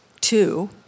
two